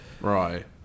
right